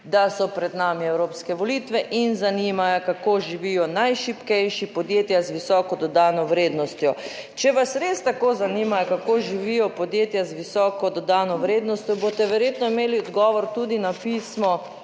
da so pred nami evropske volitve in zanima jih(?), kako živijo najšibkejši, podjetja z visoko dodano vrednostjo. Če vas res tako zanima, kako živijo podjetja z visoko dodano vrednostjo, boste verjetno imeli odgovor tudi na pismo